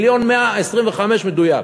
מיליון ו-125,000, מדויק.